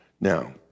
Now